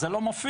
זה לא מופיע.